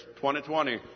2020